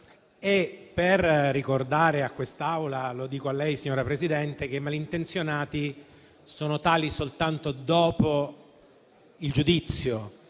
e ricordare a quest'Assemblea che i malintenzionati sono tali soltanto dopo il giudizio.